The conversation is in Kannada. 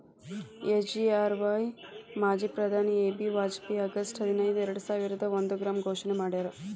ಎಸ್.ಜಿ.ಆರ್.ವಾಯ್ ಮಾಜಿ ಪ್ರಧಾನಿ ಎ.ಬಿ ವಾಜಪೇಯಿ ಆಗಸ್ಟ್ ಹದಿನೈದು ಎರ್ಡಸಾವಿರದ ಒಂದ್ರಾಗ ಘೋಷಣೆ ಮಾಡ್ಯಾರ